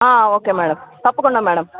okay madam తప్పకుండా madam